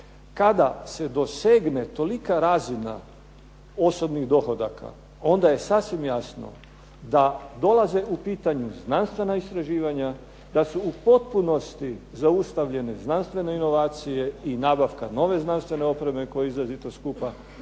Kada se dosegne tolika razina osobnih dohodaka onda je sasvim jasno da dolaze u pitanje znanstvena istraživanja, da su u potpunosti zaustavljene znanstvene inovacije i nabavka nove znanstvene opreme koja je izrazito skupa,